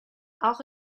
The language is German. auch